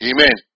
Amen